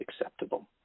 acceptable